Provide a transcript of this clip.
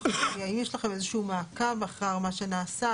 לאומי: האם יש לכם איזשהו מעקב אחר מה שנעשה,